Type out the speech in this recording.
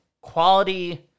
quality